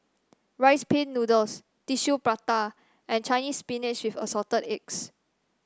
Rice Pin Noodles Tissue Prata and Chinese Spinach with Assorted Eggs